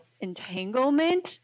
entanglement